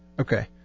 Okay